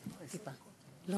אז